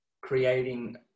creating